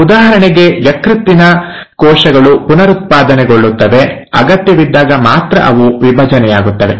ಉದಾಹರಣೆಗೆ ಯಕೃತ್ತಿನ ಕೋಶಗಳು ಪುನರುತ್ಪಾದನೆಗೊಳ್ಳುತ್ತವೆ ಅಗತ್ಯವಿದ್ದಾಗ ಮಾತ್ರ ಅವು ವಿಭಜನೆಯಾಗುತ್ತವೆ